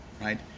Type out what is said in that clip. right